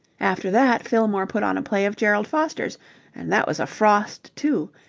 after that fillmore put on a play of gerald foster's and that was a frost, too.